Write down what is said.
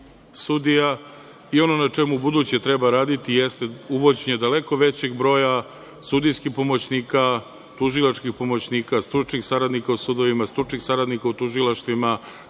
sudija. Ono na čemu ubuduće treba raditi jeste uvođenje daleko većeg broja sudijskih pomoćnika, tužilačkih pomoćnika, stručnih saradnika u sudovima, stručnih saradnika u tužilaštvima,